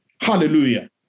Hallelujah